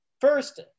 first